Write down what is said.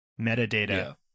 metadata